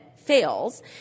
fails